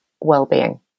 well-being